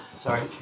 Sorry